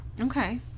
okay